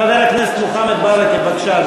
חבר הכנסת מוחמד ברכה, בבקשה.